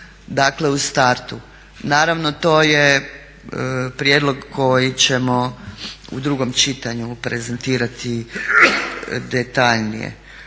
u startu. Naravno to je prijedlog koji ćemo u drugom čitanju prezentirati detaljnije.